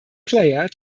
player